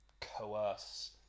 coerce